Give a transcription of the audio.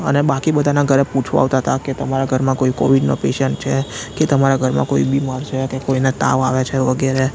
અને બાકી બધાનાં ઘરે પૂછવા આવતા હતા કે તમારા ઘરમાં કોઈ કોવિડનો પેશન્ટ છે કે તમારા ઘરમાં કોઈ બીમાર છે કે કોઈને તાવ આવે છે વગેરે